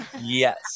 Yes